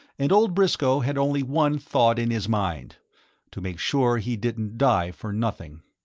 and old briscoe had only one thought in his mind to make sure he didn't die for nothing.